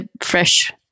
fresh